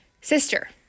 sister